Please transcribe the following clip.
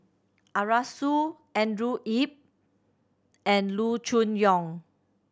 Arasu Andrew Yip and Loo Choon Yong